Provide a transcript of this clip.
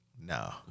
No